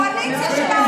הקואליציה שלה,